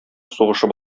сугышып